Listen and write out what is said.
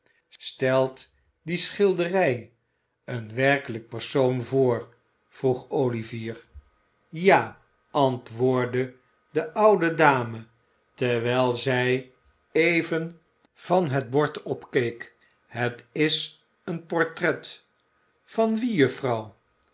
stelt die schilderij een wezenlijk persoon voor vroeg olivier ja antwoordde de oude dame terwijl zij even van het bord opkeek het is een portret van